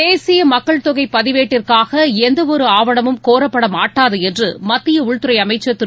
தேசிய மக்கள் தொகை பதிவேட்டிற்காக எந்த ஆவணமும் கோரப்படமாட்டாது என்று மத்திய உள்துறை அமைச்சர் திரு